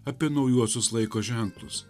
apie naujuosius laiko ženklus